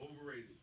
overrated